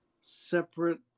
separate